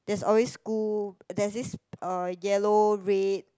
there's always school there's this um yellow red